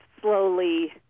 slowly